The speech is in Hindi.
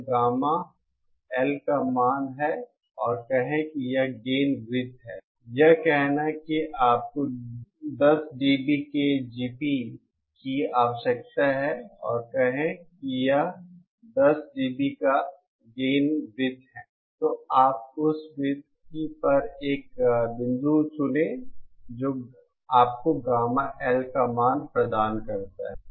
यह गामा L का मान है और कहें कि यह गेन वृत्त है यह कहना है कि आपको 10dB के GP की आवश्यकता है और कहें कि यह 10dB का गेन वृत्त है तो आप उस वृत्त पर एक बिंदु चुनें जो आपको गामा L का मान प्रदान करता है